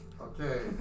Okay